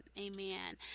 Amen